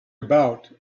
about